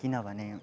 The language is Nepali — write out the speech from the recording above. किनभने